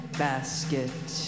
basket